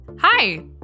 Hi